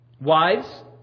Wives